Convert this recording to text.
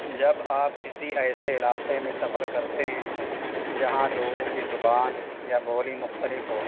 جب آپ کسی ایسے علاقے میں سفر کرتے ہیں جہاں لوگوں کی زبان یا بولی مختلف ہو